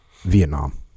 Vietnam